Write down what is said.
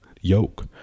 yoke